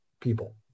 people